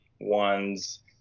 ones